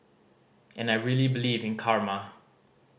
and I really believe in karma